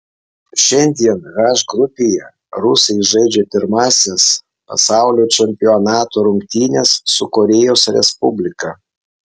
šiandien h grupėje rusai žaidžia pirmąsias pasaulio čempionato rungtynes su korėjos respublika